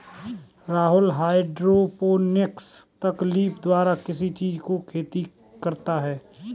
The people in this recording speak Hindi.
राहुल हाईड्रोपोनिक्स तकनीक द्वारा किस चीज की खेती करता है?